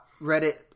Reddit